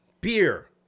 Beer